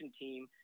team